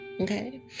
Okay